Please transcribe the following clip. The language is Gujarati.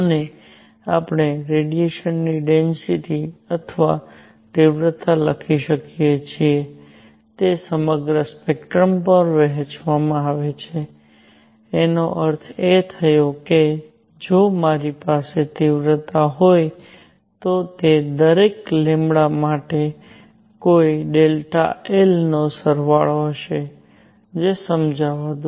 અને આપણે રેડિયેશનની ડેન્સિટિ અથવા તીવ્રતા લખી શકીએ છીએ તે સમગ્ર સ્પેક્ટ્રમ પર વહેંચવામાં આવે છે એનો અર્થ એ થયો કે જો મારી પાસે તીવ્રતા હોય તો તે દરેક માટે કોઈ ΔI નો સરવાળો હશે જે સમજાવવા દો